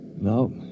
No